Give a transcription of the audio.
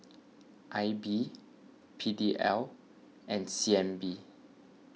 I B P D L and C N B